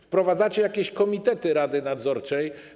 Wprowadzacie jakieś komitety rady nadzorczej.